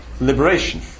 liberation